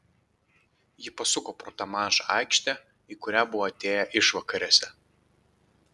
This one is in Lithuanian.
ji pasuko pro tą mažą aikštę į kurią buvo atėję išvakarėse